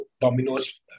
Domino's